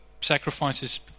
sacrifices